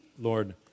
Lord